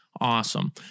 Awesome